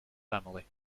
family